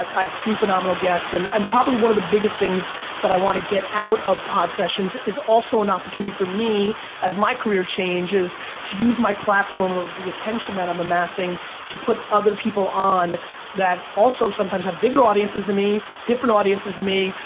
i have three phenomenal guests and and probably one of the biggest things that i wanna get out of podsessions is also an opportunity for me as my career changes to use my platform of of the attention that i'm amassing to put other people on that also sometimes have bigger audiences than me, different audiences than me,